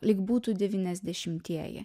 lyg būtų devyniasdešimtieji